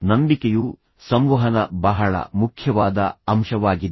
ನಂಬಿಕೆಯು ಸಂವಹನದ ಬಹಳ ಮುಖ್ಯವಾದ ಅಂಶವಾಗಿದೆ